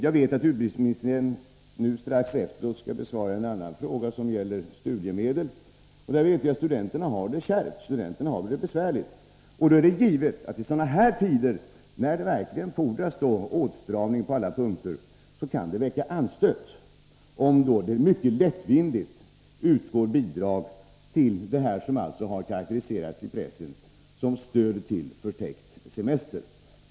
Jag vet att utbildningsministern strax skall besvara en annan fråga som gäller studiemedel, och vi vet ju att studenterna har det ekonomiskt kärvt. I tider då det fordras åtstramning på alla punkter är det givet att det kan väcka anstöt, om det mycket lättvindigt utbetalas bidrag till sådant som i pressen karakteriserats som ”stöd till förtäckt semester”.